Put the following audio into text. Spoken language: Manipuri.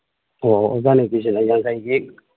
ꯑꯣ ꯑꯣ ꯑꯣꯔꯒꯥꯅꯤꯛꯀꯤꯁꯦ ꯌꯥꯡꯈꯩꯒꯤ